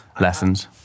lessons